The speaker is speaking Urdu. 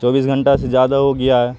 چوبیس گھنٹہ سے زیادہ ہو گیا ہے